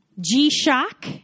G-Shock